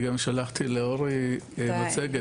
אני גם שלחתי לאורי מצגת,